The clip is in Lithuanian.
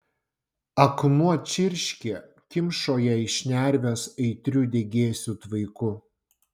akmuo čirškė kimšo jai šnerves aitriu degėsių tvaiku